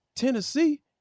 Tennessee